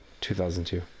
2002